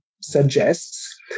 suggests